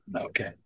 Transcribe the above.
Okay